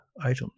items